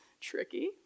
tricky